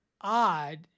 odd